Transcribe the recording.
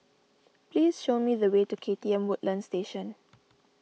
please show me the way to K T M Woodlands Station